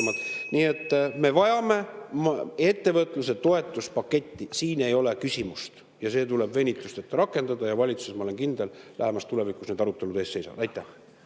Nii et me vajame ettevõtluse toetuspaketti, siin ei ole küsimust, ja see tuleb venitusteta rakendada. Ma olen kindel, et valitsuses lähemas tulevikus need arutelud ees seisavad. Aitäh,